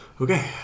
Okay